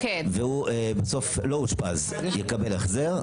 (6), שלא אושפז, והוא יקבל החזר.